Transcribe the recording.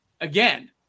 Again